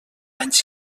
anys